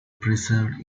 preserved